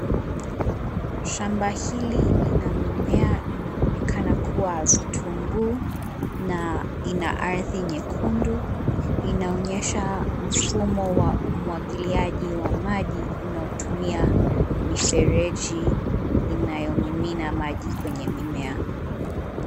Shamba hili lina mimea, inaonekana kuwa vitunguu na ina ardhi nyekundu. Inaonyesha mfumo wa umwagiliaji wa maji unaotumia mifereji inayomimina maji kwenye mimea.